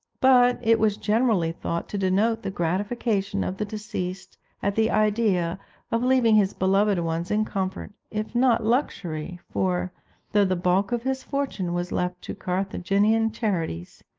but it was generally thought to denote the gratification of the deceased at the idea of leaving his beloved ones in comfort, if not luxury for, though the bulk of his fortune was left to carthaginian charities,